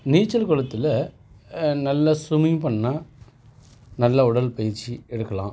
நீச்சல் குளத்தில் நல்லா ஸ்விமிங் பண்ணால் நல்லா உடல் பயிற்சி எடுக்கலாம்